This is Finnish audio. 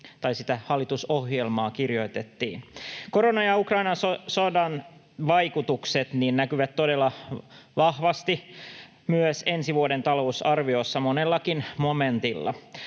kun hallitusohjelmaa kirjoitettiin. Koronan ja Ukrainan sodan vaikutukset näkyvät todella vahvasti myös ensi vuoden talousarviossa monellakin momentilla.